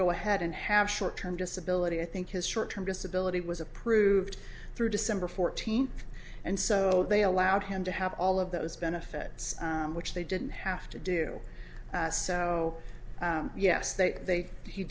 go ahead and have short term disability i think his short term disability was approved through december fourteenth and so they allowed him to have all of those benefits which they didn't have to do so yes they